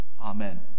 Amen